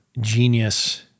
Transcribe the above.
genius